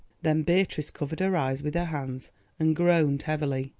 then beatrice covered her eyes with her hands and groaned heavily.